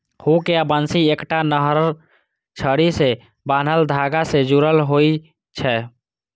hook या बंसी एकटा नमहर छड़ी सं बान्हल धागा सं जुड़ल होइ छै